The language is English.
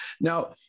Now